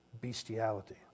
bestiality